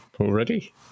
already